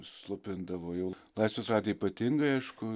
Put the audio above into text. slopindavo jau laisvės radiją ypatingai aišku